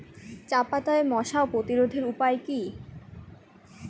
চাপাতায় মশা প্রতিরোধের উপায় কি?